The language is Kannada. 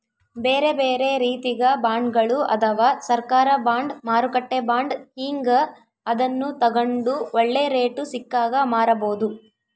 ಬೇರೆಬೇರೆ ರೀತಿಗ ಬಾಂಡ್ಗಳು ಅದವ, ಸರ್ಕಾರ ಬಾಂಡ್, ಮಾರುಕಟ್ಟೆ ಬಾಂಡ್ ಹೀಂಗ, ಅದನ್ನು ತಗಂಡು ಒಳ್ಳೆ ರೇಟು ಸಿಕ್ಕಾಗ ಮಾರಬೋದು